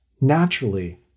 Naturally